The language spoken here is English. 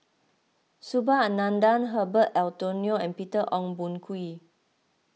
Subhas Anandan Herbert Eleuterio and Peter Ong Boon Kwee